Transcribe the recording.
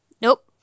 nope